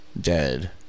dead